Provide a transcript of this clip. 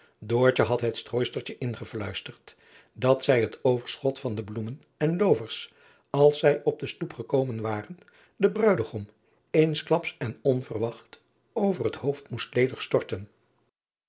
had het strooistertje ingefluisterd dat zij het overschot van de bloemen en loovers als zij op de stoep gekomen waren den ruidegom eensklaps en onverwacht over het hoofd moest ledig storten